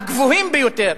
הגבוהים ביותר,